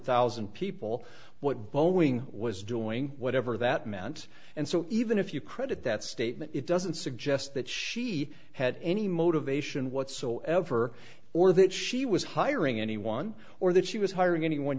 thousand people what boeing was doing whatever that meant and so even if you credit that statement it doesn't suggest that she had any motivation whatsoever or that she was hiring anyone or that she was hiring anyone